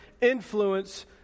influence